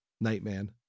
Nightman